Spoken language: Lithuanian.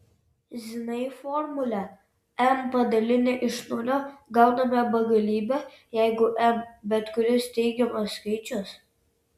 zinai formulę m padalinę iš nulio gauname begalybę jeigu m bet kuris teigiamas skaičius